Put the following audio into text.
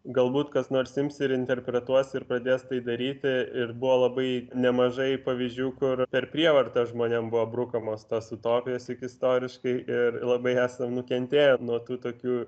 galbūt kas nors ims ir interpretuos ir pradės tai daryti ir buvo labai nemažai pavyzdžių kur per prievartą žmonėm buvo brukamos tos utopijos tik istoriškai ir labai esam nukentėję nuo tų tokių